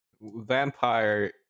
Vampire